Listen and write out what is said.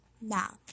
Now